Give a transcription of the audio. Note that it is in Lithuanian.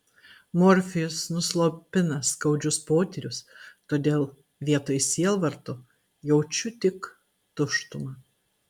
morfijus nuslopina skaudžius potyrius todėl vietoj sielvarto jaučiu tik tuštumą